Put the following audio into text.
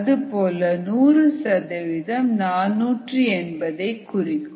அதுபோல 100 சதவிகிதம் 480 ஐ குறிக்கும்